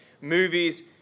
movies